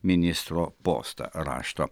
ministro postą rašto